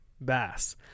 bass